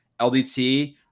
LDT